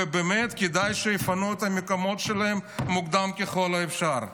וכדאי שיפנו את המקומות שלהם מוקדם ככל האפשר.